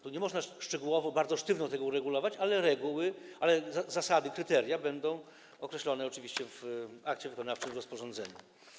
Tu nie można szczegółowo, bardzo sztywno tego uregulować, ale reguły, zasady, kryteria będą określone oczywiście w akcie wykonawczym, w rozporządzeniu.